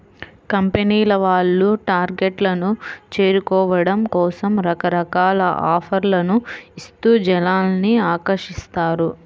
కంపెనీల వాళ్ళు టార్గెట్లను చేరుకోవడం కోసం రకరకాల ఆఫర్లను ఇస్తూ జనాల్ని ఆకర్షిస్తారు